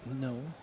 No